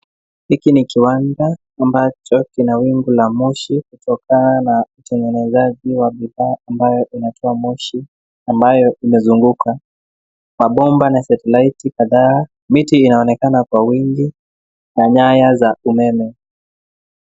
Hiki ni kiwanda ambacho kina wingu la moshi, kutokana na utengenezaji wa bidhaa ambayo inatoa moshi, ambayo imezunguka. Mabomba na satellite kadhaa, miti inaonekana kwa wingi na nyaya za umeme.